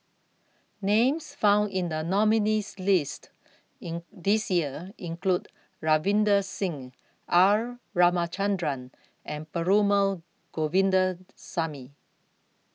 Names found in The nominees' list in This Year include Ravinder Singh R Ramachandran and Perumal Govindaswamy